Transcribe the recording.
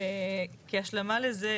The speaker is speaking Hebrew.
בהתאמה לזה,